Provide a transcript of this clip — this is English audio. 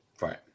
Right